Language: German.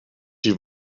die